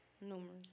numerous